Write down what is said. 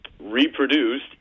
reproduced